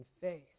faith